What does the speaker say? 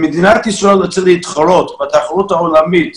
אם מדינת ישראל רוצה להתחרות בתחרות העולמית